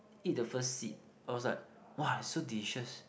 eat the first seed I was like !wah! it's so delicious